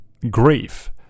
Grief